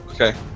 Okay